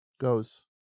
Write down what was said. goes